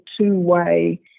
two-way